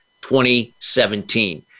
2017